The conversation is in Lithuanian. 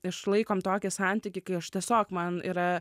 išlaikom tokį santykį kai aš tiesiog man yra